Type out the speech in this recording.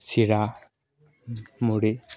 চিৰা মুৰি